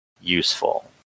useful